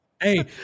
Hey